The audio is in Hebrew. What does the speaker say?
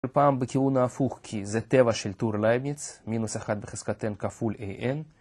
הפעם בכיוון ההפוך כי זה טבע של טור לייבניץ, מינוס אחת בחזקת N כפול AN